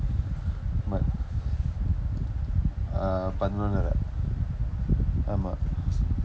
but uh பதினொன்றரை ஆமாம்:pathinonrarai aamaam